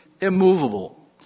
immovable